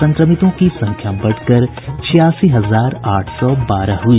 संक्रमितों की संख्या बढ़कर छियासी हजार आठ सौ बारह हुई